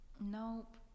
Nope